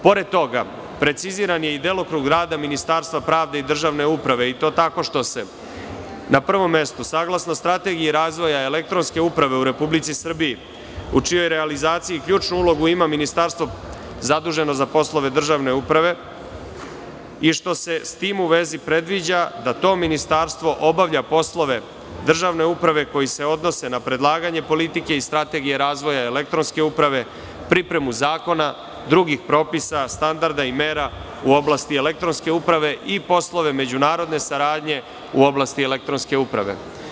Pored toga, preciziran je delokrug rada Ministarstva pravde i državne uprave, i to tako što se, na prvom mestu, saglasno strategiji razvoja elektronske uprave u Republici Srbiji, u čijoj realizaciji ključnu ulogu ima ministarstvo zaduženo za poslove državne uprave i što se sa tim u vezi predviđa da to ministarstvo obavlja poslove državne uprave koji se odnose na predlaganje politike i strategije razvoja elektronske uprave, pripremu zakona, drugih propisa, standarda i mera, u oblasti elektronske uprave i poslove međunarodne saradnje u oblasti elektronske uprave.